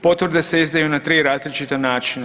Potvrde se izdaju na različita načina.